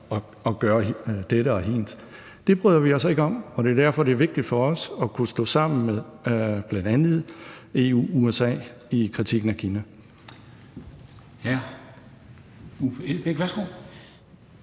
at gøre dette og hint. Det bryder vi os ikke om, og det er derfor, det er vigtigt for os at kunne stå sammen med bl.a. EU og USA i kritikken af Kina. Kl.